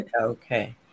okay